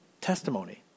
testimony